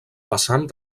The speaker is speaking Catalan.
passant